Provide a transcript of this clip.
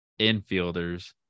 infielders